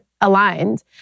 aligned